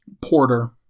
Porter